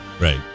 Right